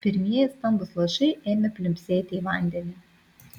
pirmieji stambūs lašai ėmė pliumpsėti į vandenį